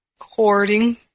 hoarding